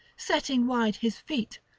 setting wide his feet,